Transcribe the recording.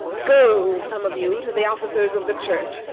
go, some of you, to the officers of the church,